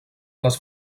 les